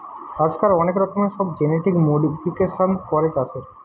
আজকাল অনেক রকমের সব জেনেটিক মোডিফিকেশান করে চাষের